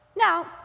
Now